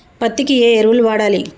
పత్తి కి ఏ ఎరువులు వాడాలి?